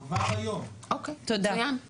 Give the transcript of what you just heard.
אוקי, מצוין.